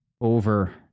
over